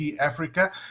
africa